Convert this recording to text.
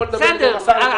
יכול לדבר עם כבוד השר.